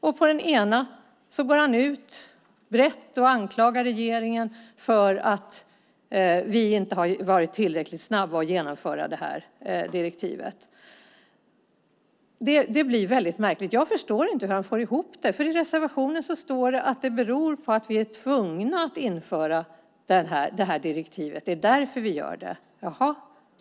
Sedan går han ut brett och anklagar regeringen för att vi inte har varit tillräckligt snabba att genomföra direktivet. Det blir väldigt märkligt. Jag förstår inte hur han får ihop det. I reservationen står det att vi gör detta för att vi är tvungna att införa direktivet.